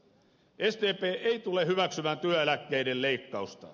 sdp ei tule hyväksymään työeläkkeiden leikkausta